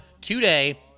today